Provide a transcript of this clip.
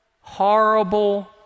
horrible